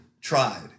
tried